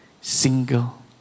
single